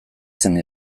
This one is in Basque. zen